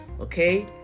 okay